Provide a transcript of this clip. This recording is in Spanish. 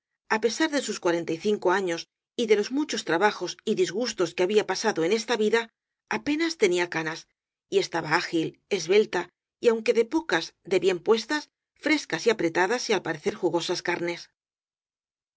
á pesar de sus cuarenta y cinco años y de los muchos trabajos y disgustos que había pasado en esta vida apenas tenía canas y estaba ágil esbelta y aunque de pocas de bien puestas frescas apretadas y al parecer jugosas carnes